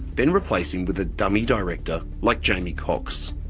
then replace him with a dummy director like jamie cox.